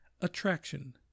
Attraction